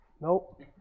Nope